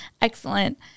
excellent